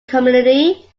committee